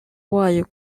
wayo